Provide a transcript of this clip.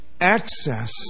access